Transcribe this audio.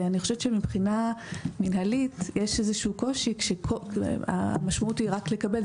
ואני חושבת שמבחינה מנהלית יש איזשהו קושי כשהמשמעות היא רק לקבל.